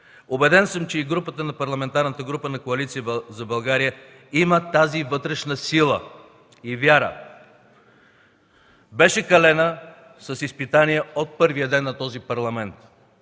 Убеден съм, че и Парламентарната група на Коалиция за България има тази вътрешна сила и вяра – беше калена с изпитания от първия ден на този Парламент.